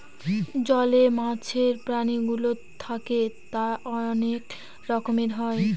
জলে মাছের প্রাণীগুলো থাকে তা অনেক রকমের হয়